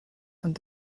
ond